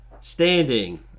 standing